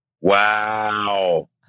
Wow